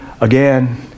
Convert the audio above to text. again